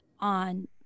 on